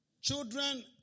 Children